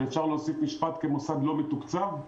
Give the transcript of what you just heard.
אם אפשר להוסיף משפט כמוסד לא מתוקצב.